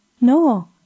No